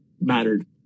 mattered